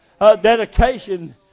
Dedication